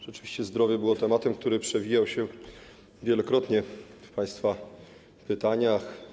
Rzeczywiście zdrowie było tematem, który przewijał się wielokrotnie w państwa pytaniach.